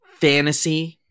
fantasy